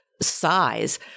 size